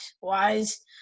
wise